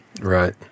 right